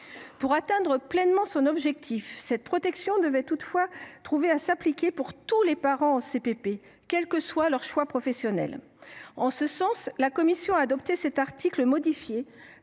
Pour atteindre pleinement son objectif, cette protection devait toutefois s’appliquer à tous les parents en CPP, quels que soient leurs choix professionnels. En ce sens, la commission a adopté cet article modifié